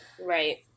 Right